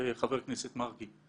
חבר הכנסת מרגי,